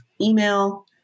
email